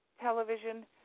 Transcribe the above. television